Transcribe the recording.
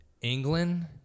England